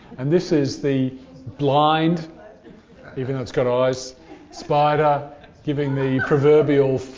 and this is the blind even though it's got eyes spider giving the proverbial